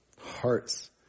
hearts